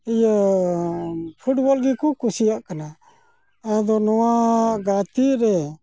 ᱤᱭᱟᱹᱻ ᱯᱷᱩᱵᱚᱞᱜᱮᱠᱚ ᱠᱩᱥᱤᱭᱟᱜ ᱠᱟᱱᱟ ᱟᱫᱚ ᱱᱚᱣᱟ ᱜᱟᱛᱮᱜᱨᱮ